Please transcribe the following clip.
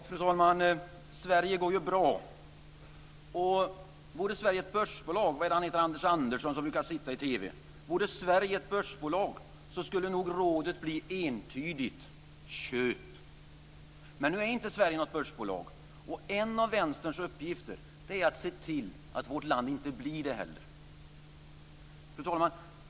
Fru talman! Sverige går bra. Jag tänker på Anders Andersson som brukar sitta i TV. Vore Sverige ett börsbolag skulle nog rådet bli entydigt: Köp. Men nu är inte Sverige något börsbolag. Och en av Vänsterns uppgifter är att se till att vårt land inte blir det heller. Fru talman!